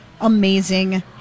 amazing